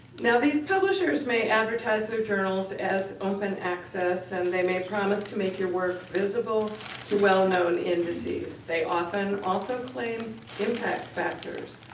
now these publishers may advertise their journals as open-access and they may promise to make your work visible to well-known indices. they often also claim impact factors,